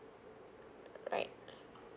alright